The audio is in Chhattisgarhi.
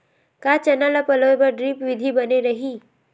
का चना ल पलोय बर ड्रिप विधी बने रही?